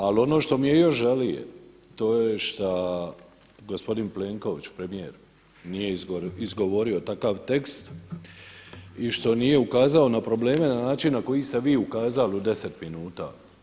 Ali ono što mi je još žalije to je šta gospodin Plenković premijer nije izgovorio takav tekst i što nije ukazao na probleme na način na koji ste vi ukazali u 10 minuta.